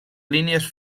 línies